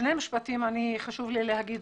שני משפטים שחשוב לי לומר: